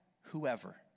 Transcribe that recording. whoever